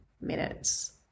minutes